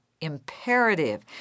imperative